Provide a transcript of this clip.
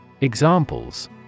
Examples